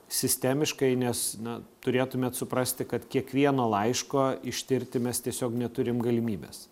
sistemiškai nes na turėtumėt suprasti kad kiekvieno laiško ištirti mes tiesiog neturim galimybės